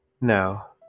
Now